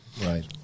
Right